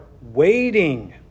waiting